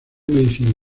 medicina